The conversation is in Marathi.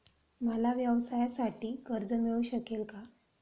मला व्यवसायासाठी कर्ज मिळू शकेल का?